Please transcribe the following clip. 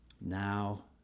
now